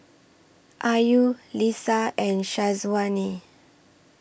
Ayu Lisa and Syazwani